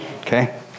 Okay